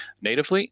natively